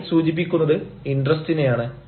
I സൂചിപ്പിക്കുന്നത് interest ആണ്